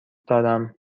دارم